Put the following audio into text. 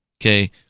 Okay